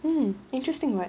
mm interesting [what]